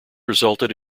resulted